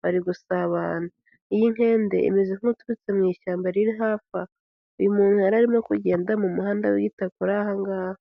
bari gusabana . Iyi nkende imeze nk'uturutse mu ishyamba riri hafi aha. Uyu muntu yari arimo kugenda mu muhanda w'ibitaka uri aha ngaha.